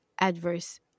adverse